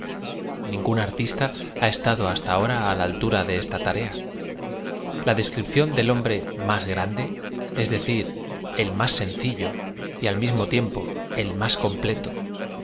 ningún artista ha estado hasta ahora á la altura de esta tarea la descripción del hombre más grande es decir el más sencillo y al mismo tiempo el más